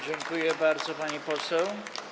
Dziękuję bardzo, pani poseł.